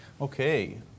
Okay